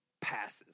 passes